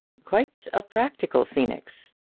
quite a practical phoenix!